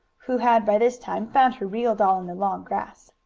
who had, by this time, found her real doll in the long grass.